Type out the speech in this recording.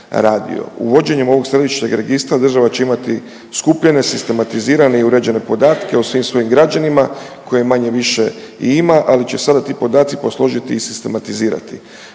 Uvođenjem ovog središnjeg registra država će imati skupljene, sistematizirane i uređene podatke o svim svojim građanima koje manje-više i ima, ali će sada ti podaci posložiti i sistematizirati.